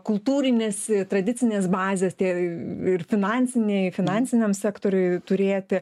kultūrinės tradicinės bazės tie ir finansiniai finansiniam sektoriui turėti